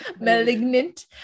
Malignant